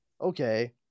okay